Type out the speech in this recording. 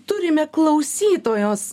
turime klausytojos